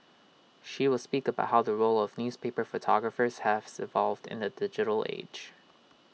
she will speak about how the role of newspaper photographers has evolved in the digital age